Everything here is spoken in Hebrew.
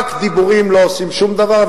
רק דיבורים לא עושים שום דבר,